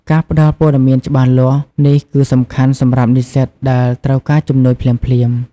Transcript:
ការផ្ដល់ព័ត៌មានច្បាស់លាស់នេះគឺសំខាន់សម្រាប់និស្សិតដែលត្រូវការជំនួយភ្លាមៗ។